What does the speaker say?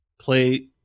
play